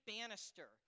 Bannister